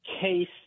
case